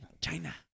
China